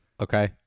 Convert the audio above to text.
Okay